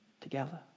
together